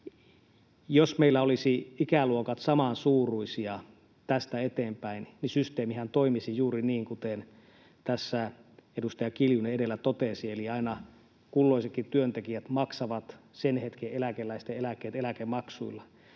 Jos meillä olisivat ikäluokat samansuuruisia tästä eteenpäin, niin systeemihän toimisi juuri niin kuin tässä edustaja Kiljunen edellä totesi. Eli aina kulloisetkin työntekijät maksavat sen hetken eläkeläisten eläkkeet eläkemaksuilla.